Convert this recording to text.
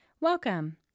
Welcome